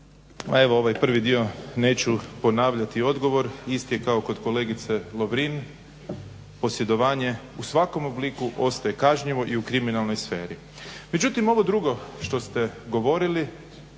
evo ovaj prvi dio neću ponavljati odgovor, isti je kao kod kolegice Lovrin, posjedovanje u svakom obliku ostaje kažnjivo i u kriminalnoj sferi. Međutim, ovo drugo što ste govorili